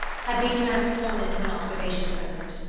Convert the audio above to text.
had been transformed into an observation post.